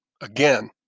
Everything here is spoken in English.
Again